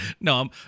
No